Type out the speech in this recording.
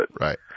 Right